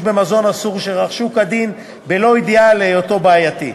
במזון אסור שרכשו כדין ובלא ידיעה על היותו בעייתי,